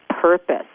purpose